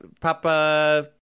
papa